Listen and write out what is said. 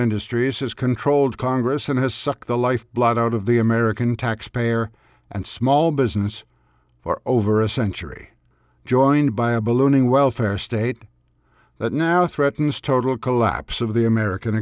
industries has controlled congress and has sucked the life blood out of the american taxpayer and small business for over a century joined by a ballooning welfare state that now threatens total collapse of the american